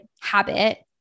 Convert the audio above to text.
habit